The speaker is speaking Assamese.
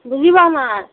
বুজি পোৱা নাই